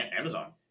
Amazon